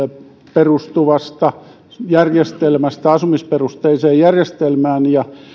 perustuvasta järjestelmästä asumisperusteiseen järjestelmään ja